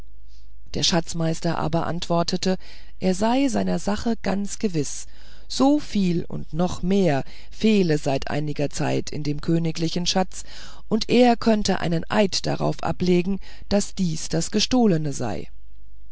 der schatzmeister aber antwortete er sei seiner sache ganz gewiß so viel und noch mehr fehle seit einiger zeit in dem königlichen schatz und er könnte einen eid darauf ablegen daß dies das gestohlene sei